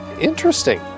interesting